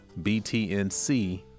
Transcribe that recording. BTNC